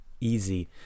easy